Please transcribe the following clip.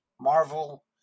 Marvel